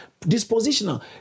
dispositional